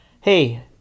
hey